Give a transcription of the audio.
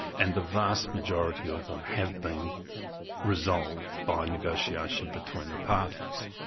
and the vast majority of them have been resolved by negotiation between the parties.